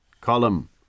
Column